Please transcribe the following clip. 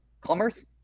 commerce